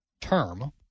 term